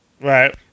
Right